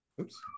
Oops